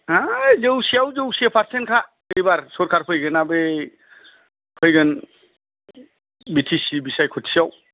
हाय जौसेआव जौसे पारसेन्ट खा एबार सरकार फैगोना बै फैगोन बि टि सि बिसायख'थिआव